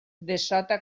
dessota